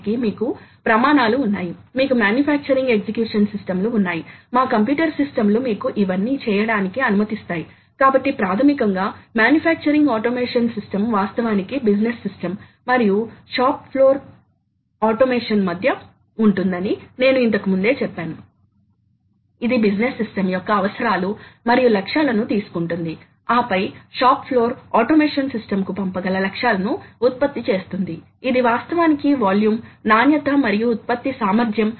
ఇది ఇలా అవుతుంది కుదురు యొక్క డ్రైవ్ అవసరం తొలగించబడిన పదార్థ పరిమాణానికి సంబంధించినది కాబట్టి తొలగించబడిన పదార్థం యొక్క పరిమాణం కుదురు యొక్క ఫీడ్ పర్ రెవల్యూషన్ కుదురు యొక్క feed per revolution okay t అనేది కట్ యొక్క లోతు మరియు D అనేది కట్టర్ లోని వర్క్పీస్ యొక్క వ్యాసం మరియు ɳ అనేది RPM అప్పుడు సరళ వేగం సహజంగా πdɳ1000 కాబట్టి ఇది సరళ వేగం కాబట్టి S X linear velocity X t ఇది తొలగించబడిన పదార్థం యొక్క పరిమాణాన్ని ఇస్తుంది